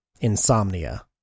Insomnia